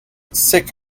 sick